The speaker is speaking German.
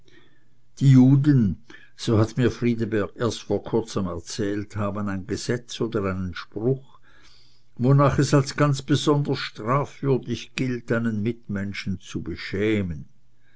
die juden so hat mir friedeberg erst ganz vor kurzem erzählt haben ein gesetz oder einen spruch wonach es als ganz besonders strafwürdig gilt einen mitmenschen zu beschämen